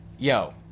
Yo